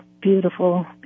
beautiful